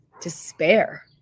despair